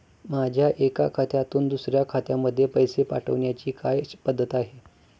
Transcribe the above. माझ्या एका खात्यातून दुसऱ्या खात्यामध्ये पैसे पाठवण्याची काय पद्धत आहे?